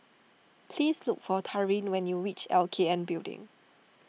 please look for Taryn when you reach L K N Building